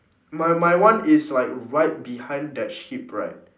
my my one is like right behind that sheep right